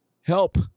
help